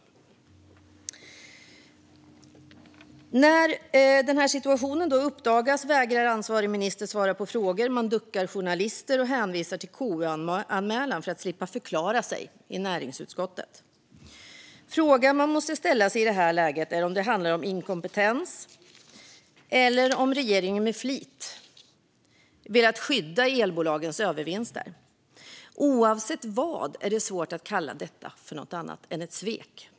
När situationen uppdagas vägrar ansvarig minister att svara på frågor, och man duckar journalisterna och hänvisar till KU-anmälan för att slippa förklara sig i näringsutskottet. Frågan man måste ställa sig i detta läge är om det handlar om inkompetens eller om regeringen med flit velat skydda elbolagens övervinster. Oavsett vilket är det svårt att kalla detta för något annat än ett svek.